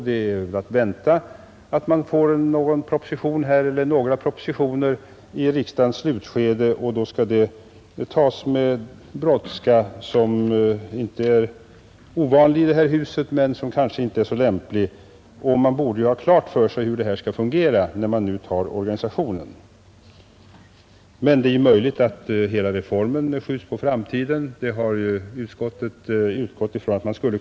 Det är att vänta några propositioner i riksdagens slutskede. Då skall de tas med brådska, vilket inte är ovanligt i riksdagen, men kanske inte så lämpligt. Man borde ha klart för sig hur detta skall fungera när man nu tar organisationen. Men det är möjligt att hela reformen skjuts på framtiden — därmed menar jag ett halvår eller någonting sådant.